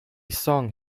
song